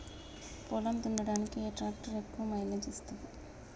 పొలం దున్నడానికి ఏ ట్రాక్టర్ ఎక్కువ మైలేజ్ ఇస్తుంది?